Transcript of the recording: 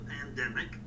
pandemic